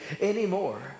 anymore